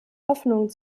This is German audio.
hoffnung